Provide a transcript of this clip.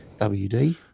WD